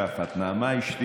פעם היו עוברים שם.